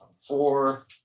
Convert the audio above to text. Four